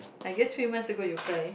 I guess few months ago you cry